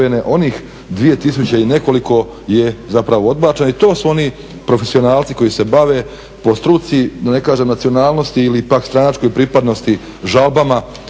onih 2 tisuće i nekoliko je zapravo odbačeno. I to su oni profesionalci koji se bave po struci, da ne kažem nacionalnosti ili pak stranačkoj pripadnosti žalbama